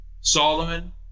Solomon